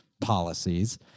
policies